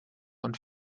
und